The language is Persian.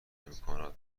امکانات